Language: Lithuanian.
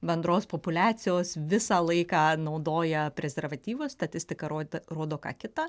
bendros populiacijos visą laiką naudoja prezervatyvus statistiką rodyte rodo ką kita